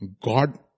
God